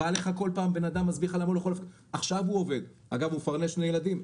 בא אליך כל פעם אדם ומסביר לך שהוא עובד ומפרנס שני ילדים,